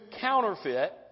counterfeit